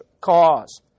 cause